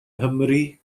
nghymru